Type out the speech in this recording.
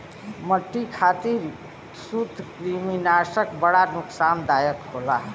मट्टी खातिर सूत्रकृमिनाशक बड़ा नुकसानदायक होला